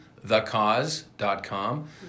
thecause.com